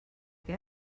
que